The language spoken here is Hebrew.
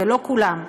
ולא כולן,